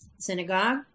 synagogue